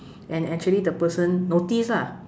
and actually the person notice lah